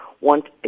want